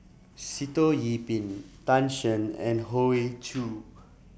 Sitoh Yih Pin Tan Shen and Hoey Choo